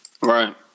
right